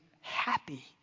happy